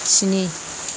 स्नि